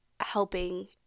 helping